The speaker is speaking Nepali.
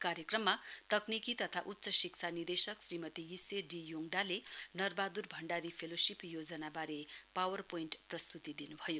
कार्यक्रममा तकनिकी तथा उच्च शिक्षा निर्देशक श्रीमती हिस्से डी योङ्डाले नरबहाद्र भण्डारी फेलोशीप योजनाबारे पावर पोइन्ट प्रस्तुती दिन् भयो